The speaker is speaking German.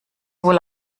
wohl